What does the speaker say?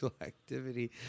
Activity